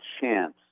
chance